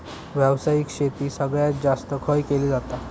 व्यावसायिक शेती सगळ्यात जास्त खय केली जाता?